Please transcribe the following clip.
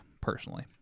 personally